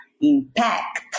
impact